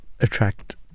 attract